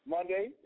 Monday